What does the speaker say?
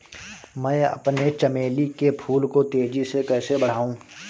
मैं अपने चमेली के फूल को तेजी से कैसे बढाऊं?